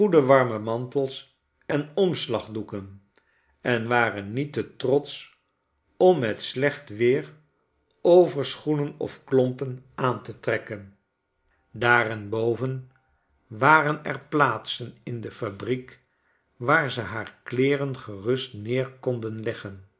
goede warme mantels en omslagdoeken en waren niet te trotsch om met slecht weer overschoenen of klompen aan te trekken daarenboven waren er plaatsen in de fabriek waar ze haar kleeren gerust neer konden leggen